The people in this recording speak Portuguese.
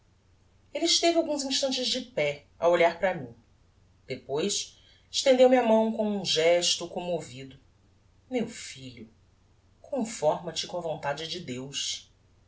elle esteve alguns instantes de pé a olhar para mim depois estendeu-me a mão com um gesto commovido meu filho conforma te com a vontade de deus